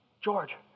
George